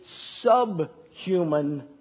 subhuman